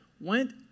went